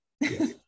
Yes